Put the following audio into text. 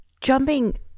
Jumping